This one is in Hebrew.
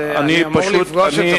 פשוט לא נכון.